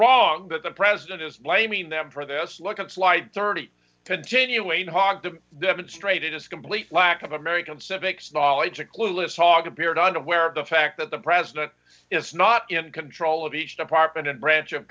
wrong but the president is blaming them for this look at flight thirty continuing to hog the demonstrated its complete lack of american civics knowledge a clueless hawg appeared unaware of the fact that the president is not in control of each department and branch of